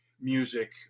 music